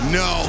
no